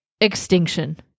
extinction